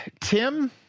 Tim